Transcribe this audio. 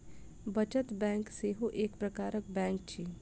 बचत बैंक सेहो एक प्रकारक बैंक अछि